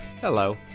Hello